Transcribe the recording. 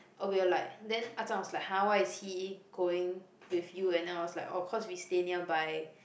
oh we were like then Ah-Chong was like !huh! why is he going with you and then I was like oh cause we stay nearby